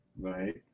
Right